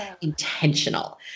intentional